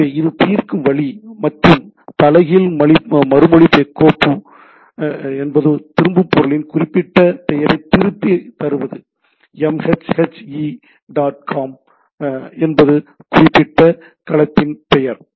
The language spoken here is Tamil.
எனவே இது தீர்க்கும் வழி மற்றும் தலைகீழ் மறுமொழி கோப்பு என்பது திரும்பும் பொருளின் குறிப்பிட்ட பெயரைத் திருப்பித் தருவது m h h e dot com என்பது குறிப்பிட்ட களத்தின் பெயர்